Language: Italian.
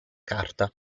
carta